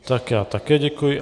Tak já také děkuji.